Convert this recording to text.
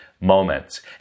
moments